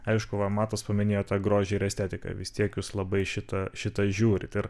aišku va matas paminėjo tą grožį ir estetiką vis tiek jūs labai šitą šitą žiūrit ir